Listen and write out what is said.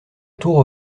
tour